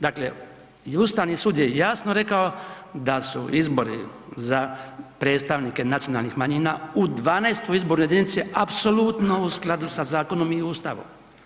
Dakle i Ustavni sud je jasno rekao da su izbori za predstavnike nacionalnih manjina u 12. izbornoj jedinici apsolutno u skladu sa zakonom i Ustavom.